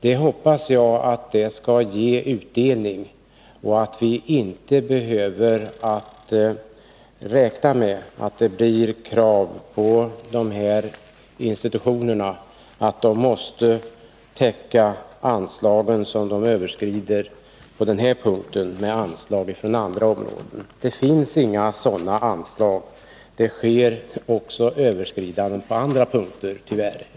Jag hoppas att det skall ge utdelning och att vi inte behöver räkna med att det kommer att ställas krav på institutionerna att de måste täcka överskridande av detta anslag med anslag från andra områden. Det finns inga sådana anslag. Det sker också överskridanden på andra punkter, tyvärr.